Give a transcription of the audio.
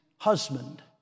husband